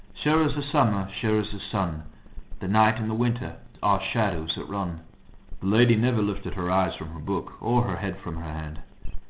sure is the summer, sure is the sun the night and the winter are shadows that run. the lady never lifted her eyes from her book, or her head from her hand.